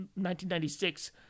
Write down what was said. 1996